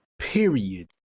period